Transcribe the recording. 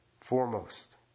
foremost